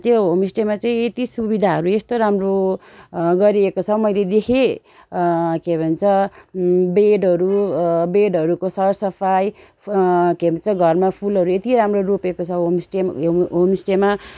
त्यो होमस्टेमा चाहिँ यति सुविधाहरू यस्तो राम्रो गरिएको छ मैले देखेँ के भन्छ बेडहरू बेडहरूको सर सफाइ के भन्छ घरमा फुलहरू एति राम्रो रोपेको छ होमस्टे होमस्टेमा